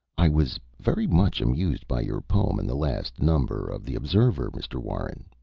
i was very much amused by your poem in the last number of the observer, mr. warren,